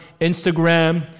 Instagram